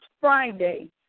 Friday